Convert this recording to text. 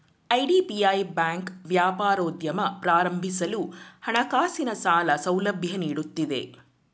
IDBI bank ವ್ಯಾಪಾರೋದ್ಯಮ ಪ್ರಾರಂಭಿಸಲು ಹಣಕಾಸಿನ ಸಾಲ ಸೌಲಭ್ಯ ನೀಡುತ್ತಿದೆ